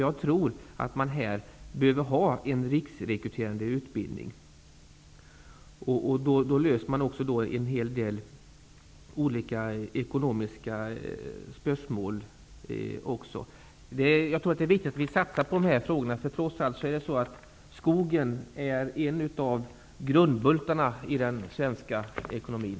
Jag tror att man här behöver ha en riksrekryterande utbildning. Då löser man också en hel del ekonomiska problem. Jag tror att det är viktigt att vi satsar på de här frågorna. Skogen är trots allt en av grundbultarna i den svenska ekonomin.